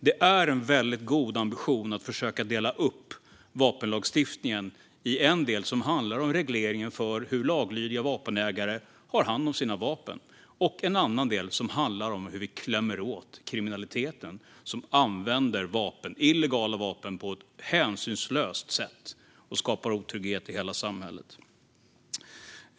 Det är en god ambition att försöka dela upp vapenlagstiftningen i en del som handlar om regleringen av hur laglydiga vapenägare ska handha sina vapen och en annan del som handlar om hur vi klämmer åt kriminella som använder illegala vapen på ett hänsynslöst sätt och skapar otrygghet i hela samhället.